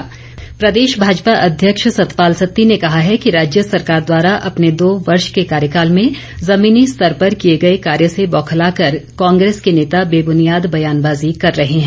सत्ती प्रदेश भाजपा अध्यक्ष सतपाल सत्ती ने कहा है कि राज्य सरकार द्वारा अपने दो वर्ष के कार्यकाल में जमीनी स्तर पर किए गए कार्य से बौखला कर कांग्रेस के नेता बेबुनियाद ब्यानबाजी कर रहे हैं